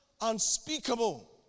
unspeakable